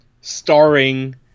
starring –